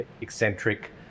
Eccentric